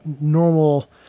normal